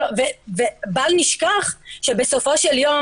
בל נשכח שבסופו של יום,